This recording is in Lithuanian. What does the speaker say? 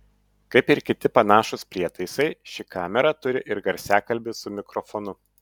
kaip ir kiti panašūs prietaisai ši kamera turi ir garsiakalbį su mikrofonu